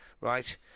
right